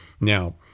Now